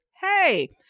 Hey